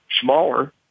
smaller